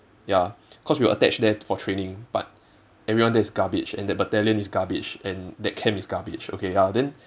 ya cause we were attached there for training but everyone there is garbage and that battalion is garbage and that camp is garbage okay ya then